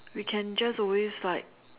we can just always like